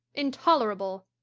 intolerable!